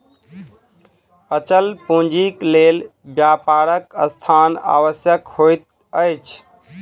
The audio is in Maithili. अचल पूंजीक लेल व्यापारक स्थान आवश्यक होइत अछि